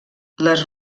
les